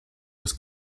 was